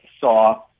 saw